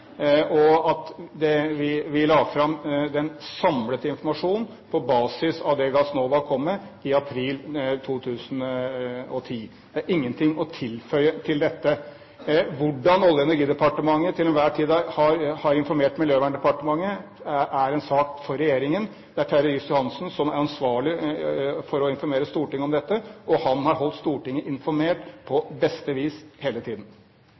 og at vi la fram den samlede informasjonen på basis av det Gassnova kom med i april 2010. Det er ingenting å tilføye til dette. Hvordan Olje- og energidepartementet til enhver tid har informert Miljøverndepartementet, er en sak for regjeringen. Det er Terje Riis-Johansen som er ansvarlig for å informere Stortinget om dette, og han har holdt Stortinget informert på beste vis hele tiden.